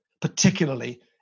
particularly